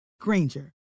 Granger